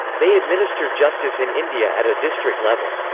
they administer justice in india at a district level.